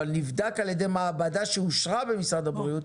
אבל נבדק על ידי מעבדה שאושרה במשרד הבריאות,